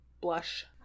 blush